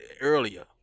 earlier